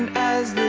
as